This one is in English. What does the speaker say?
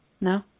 No